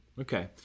Okay